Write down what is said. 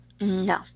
No